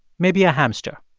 maybe a hamster.